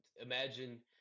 imagine